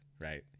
Right